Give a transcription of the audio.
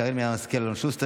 שרן מרים השכל ואלון שוסטר,